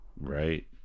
right